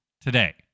today